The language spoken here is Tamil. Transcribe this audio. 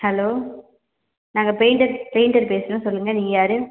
ஹலோ நாங்கள் பெயிண்டர் பெயிண்டர் பேசுகிறோம் சொல்லுங்கள் நீங்கள் யார்